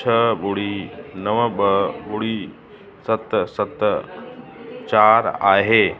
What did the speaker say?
छह ॿुड़ी नव ॿ ॿुड़ी सत सत चारि आहे